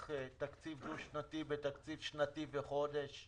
"תקציב דו-שנתי" ב"תקציב שנתי וחודש",